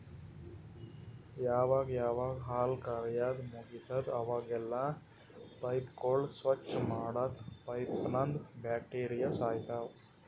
ಯಾವಾಗ್ ಯಾವಾಗ್ ಹಾಲ್ ಕರ್ಯಾದ್ ಮುಗಿತದ್ ಅವಾಗೆಲ್ಲಾ ಪೈಪ್ಗೋಳ್ ಸ್ವಚ್ಚ್ ಮಾಡದ್ರ್ ಪೈಪ್ನಂದ್ ಬ್ಯಾಕ್ಟೀರಿಯಾ ಸಾಯ್ತವ್